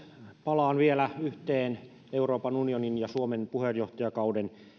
palaan vielä euroopan unionin ja suomen puheenjohtajakauden yhteen